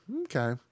okay